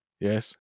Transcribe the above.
Yes